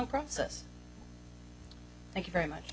process thank you very much